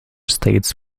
states